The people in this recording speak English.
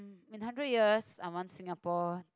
when hundred years I want Singapore to